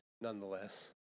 nonetheless